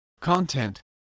content